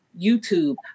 YouTube